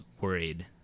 worried